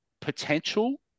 potential